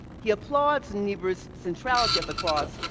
he applauds niebuhr's centrality of the cross,